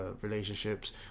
relationships